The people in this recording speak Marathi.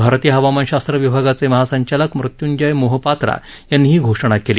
भारतीय हवामानशास्त्र विभागाचे महासंचालक मृत्युंजय मोहोपात्रा यांनी ही घोषणा केली